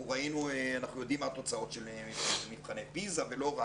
אנחנו יודעים מה התוצאות של מבחני פיזה ולא רק.